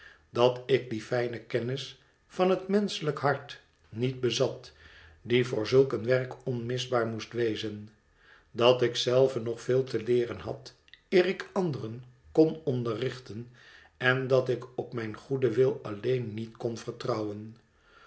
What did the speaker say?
dat ik die fijne kennis van het menschelijk hart niet bezat die voor zulk een werk onmisbaar moest wezen dat ik zelve nog veel te leeren had eer ik anderen kon onderrichten en dat ik op mijn goeden wil alleen niet kon vertrouwen